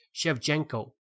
Shevchenko